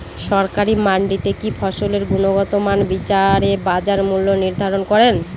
সরকারি মান্ডিতে কি ফসলের গুনগতমান বিচারে বাজার মূল্য নির্ধারণ করেন?